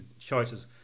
choices